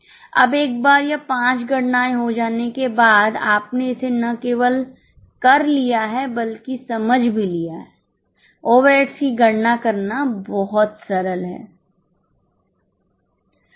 अब एक बार यह 5 गणनाएँ हो जाने के बाद आपने इसे न केवलकर लिया है बल्कि समझ भी लिया है ओवरहेड्स की गणना करना बहुत सरल है